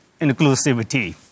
inclusivity